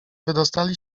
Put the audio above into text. wydostali